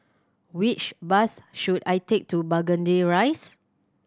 which bus should I take to Burgundy Rise